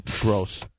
Gross